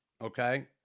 okay